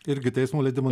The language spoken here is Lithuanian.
irgi teismo leidimo